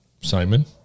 Simon